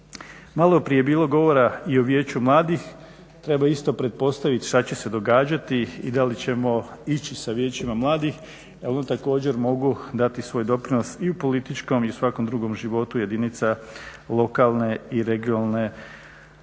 Malo prije je bilo govora i o Vijeću mladih. Treba isto pretpostaviti šta će se događati i da li ćemo ići sa Vijećima mladih, jer ona također mogu dati svoj doprinos i u političkom i u svakom drugom životu jedinica lokalne i regionalne uprave.